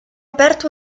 aperto